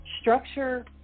structure